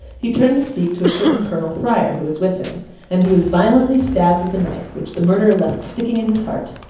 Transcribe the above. he turned to speak to a certain colonel fryer who was with him and he was violently stabbed with a knife, which the murderer left sticking in his heart.